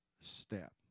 step